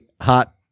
hot